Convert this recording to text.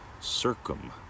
Circum